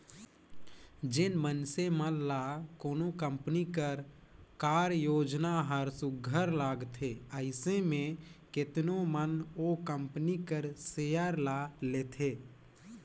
जेन मइनसे मन ल कोनो कंपनी कर कारयोजना हर सुग्घर लागथे अइसे में केतनो मन ओ कंपनी कर सेयर ल लेथे